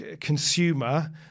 consumer